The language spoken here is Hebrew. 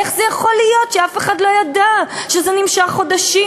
איך זה יכול להיות שאף אחד לא ידע שזה נמשך חודשים?